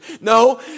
No